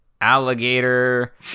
alligator